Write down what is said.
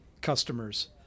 customers